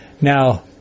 Now